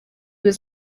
was